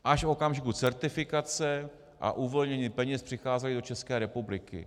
Až v okamžiku certifikace a uvolnění peněz přicházely do České republiky.